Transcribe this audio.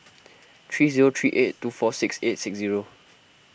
three zero three eight two four six eight six zero